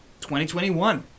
2021